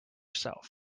self